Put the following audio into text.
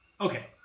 Okay